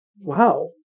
wow